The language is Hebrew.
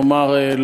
נאמר,